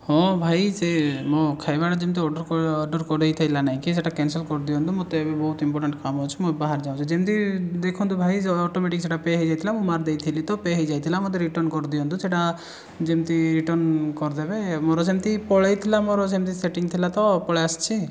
ହଁ ଭାଇ ସେ ମୋ ଖାଇବାଟା ଯେମିତି ଅର୍ଡ଼ର ଅର୍ଡ଼ର ନେଇକି ସେଇଟାକୁ କ୍ୟାନସଲ୍ କରିଦିଅନ୍ତୁ ମୋତେ ଏବେ ବହୁତ ଇମ୍ପୋଟାଣ୍ଟ କାମ ଅଛି ମୁଁ ଏବେ ବାହାର ଯାଉଛେ ଯେମିତି ଦେଖନ୍ତୁ ଭାଇ ସେ ଅଟୋମେଟିକ୍ ସେଇଟା ପେ' ହେଇଯାଇଥିଲା ମୁଁ ମାରିଦେଇଥିଲି ତ ପେହେଇଯାଥିଲା ମୋତେ ରିଟର୍ଣ୍ଣ କରିଦିଅନ୍ତୁ ସେଇଟା ଯେମିତି ରିଟର୍ଣ୍ଣ କରିଦେବେ ମୋର ଯେମିତି ପଳେଇଥିଲା ମୋର ସେମିତି ସେଟିଙ୍ଗ ଥିଲା ତ ପଳେଇ ଆସିଛି